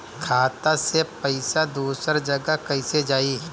खाता से पैसा दूसर जगह कईसे जाई?